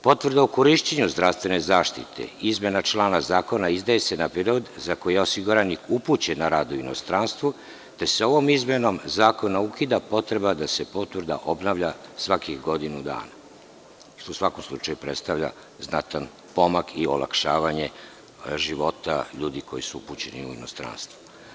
Potvrda o korišćenju zdravstvene zaštite, izmena člana zakona izdaje se na period za koji je osiguranik upućen na rad u inostranstvo, te se ovom izmenom zakona ukida potreba da se potvrda obnavlja svakih godinu dana, što u svakom slučaju predstavlja znatan pomak i olakšavanje života ljudi koji su upućeni u inostranstvo.